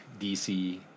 DC